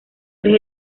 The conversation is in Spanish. tres